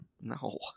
No